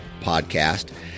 Podcast